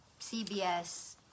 CBS